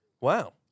Wow